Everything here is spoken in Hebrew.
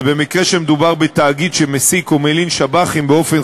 ובמקרה שמדובר בתאגיד שמעסיק או מלין שב"חים באופן